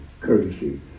courtesy